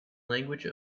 language